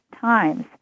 times